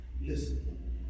Listen